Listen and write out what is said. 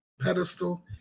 pedestal